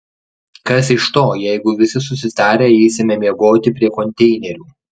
kas iš to jeigu visi susitarę eisime miegoti prie konteinerių